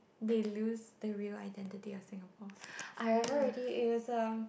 they lose the real identity of Singapore I remember already it was the